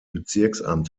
bezirksamt